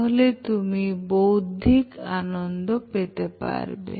তাহলে তুমি বৌদ্ধিক আনন্দ পেতে পারবে